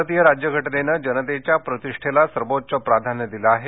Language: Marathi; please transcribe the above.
भारतीय राज्यघटनेनं जनतेच्या प्रतिष्ठेला सर्वोच्च प्राधान्य दिलं आहे